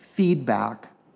Feedback